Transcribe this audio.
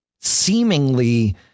seemingly